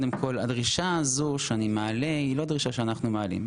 הדרישה הזו שאני מעלה היא לא דרישה שאנחנו מעלים,